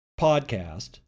podcast